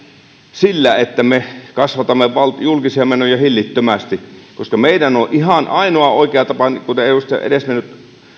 sillä että me kasvatamme julkisia menoja hillittömästi meillä on ihan ainoa oikea tapa kuten edesmennyt